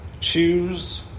Choose